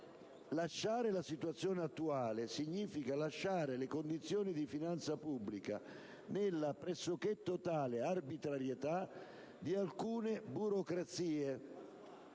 lasciare la situazione attuale significa lasciare le condizioni di finanza pubblica nella pressoché totale arbitrarietà di alcune burocrazie,